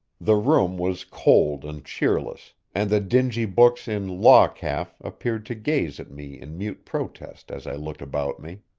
the room was cold and cheerless, and the dingy books in law-calf appeared to gaze at me in mute protest as i looked about me.